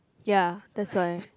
ya that's why